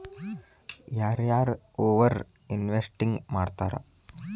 ಯಾರ ಯಾರ over investing ಮಾಡ್ತಾರಾ